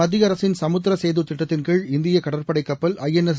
மத்தியஅரசின் சமுத்திரசேதுதிட்டத்தின்கீழ் இந்தியகடற்படைகப்பல் ஐஎன்எஸ்